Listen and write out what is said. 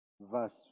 verse